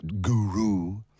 guru